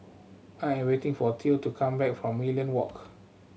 I am waiting for Theo to come back from Merlion Walk